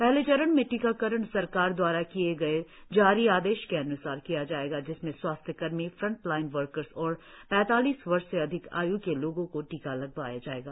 पहले चरण में टीकाकरण सरकार दवारा किये गए जारी आदेश के अनुसार किया जायेगा जिसमें स्वास्थ्य कर्मी फ्रंट लाइन वर्कर और पैंतालीस वर्ष से अधिक आय् के लोगो को टीका लगाया जायेगा